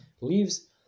leaves